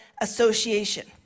association